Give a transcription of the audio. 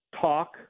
talk